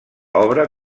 obra